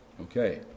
Okay